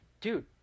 Dude